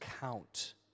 count